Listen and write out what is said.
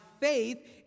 faith